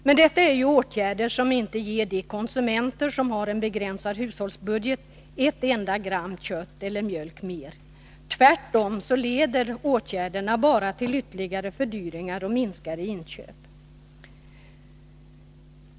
Men detta är åtgärder som inte ger de konsumenter som har en begränsad hushållsbudget ett enda gram kött eller mjölk mer — tvärtom leder åtgärderna bara till ytterligare fördyringar och minskade inköp.